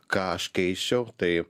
ką aš keisčiau tai